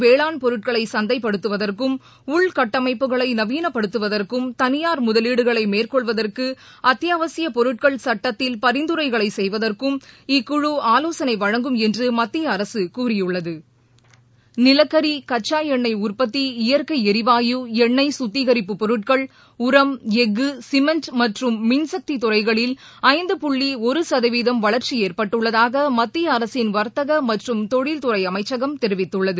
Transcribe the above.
வேளாண் பொருட்களை சந்தைப்படுத்துவதற்கும் உள்கட்டமைப்புகளை குறிப்பாக நவீனப்படுத்துவதற்கும் தனினார் முதவீடுகளை மேற்கொள்வதற்கு அத்தியாவசிய பொருட்கள் சட்டத்தில் பரிந்துரைகளை செய்வதற்கு இக்குழு ஆலோசனை வழங்கும் என்று மத்திய அரசு கூறியுள்ளது நிலக்கரி கச்சா எண்ணெய் உற்பத்தி இயற்கை எரிவாயு எண்ணெய் கத்திகரிப்பு பொருட்கள் உரம் எஃகு சிமெண்ட் மற்றும் மின்சக்தி துறைகளில் ஐந்து புள்ளி ஒரு கதவீதம் வளா்ச்சி ஏற்பட்டுள்ளதாக மத்திய அரசின் வா்த்தக மற்றும் தொழில்துறை அமைச்சகம் தெரிவித்துள்ளது